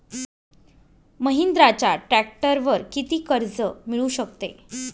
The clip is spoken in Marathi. महिंद्राच्या ट्रॅक्टरवर किती कर्ज मिळू शकते?